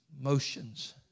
motions